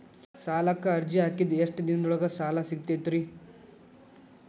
ಸಾಲಕ್ಕ ಅರ್ಜಿ ಹಾಕಿದ್ ಎಷ್ಟ ದಿನದೊಳಗ ಸಾಲ ಸಿಗತೈತ್ರಿ?